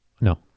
No